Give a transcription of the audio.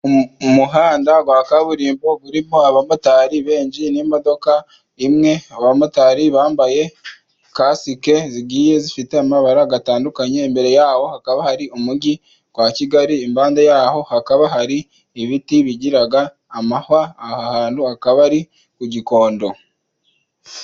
Umuhanda wa kaburimbo urimo abamotari benshi n'imodoka imwe, abamotari bambaye kasike zigiye zifite amabara atandukanye, imbere ya ho hakaba hari umujyi wa Kigali, impande ya ho hakaba hari ibiti bigira amahwa, aha hantu hakaba ari ku Gikondo.